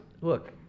Look